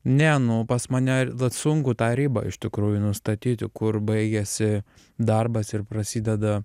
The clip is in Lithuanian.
ne nu pas mane vat sunku tą ribą iš tikrųjų nustatyti kur baigiasi darbas ir prasideda